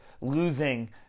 losing